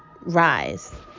rise